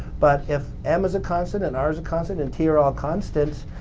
but if m is a constant and r is a constant and t are all constants,